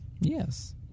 Yes